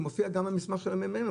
זה מופיע גם במסמך של הממ"מ,